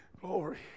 Glory